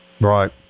Right